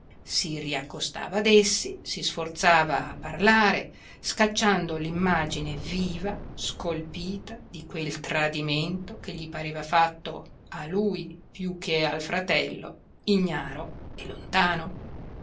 si riaccostava ad essi si sforzava a parlare scacciando l'immagine viva scolpita di quel tradimento che gli pareva fatto a lui più che al fratello ignaro e lontano